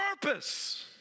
purpose